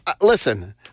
Listen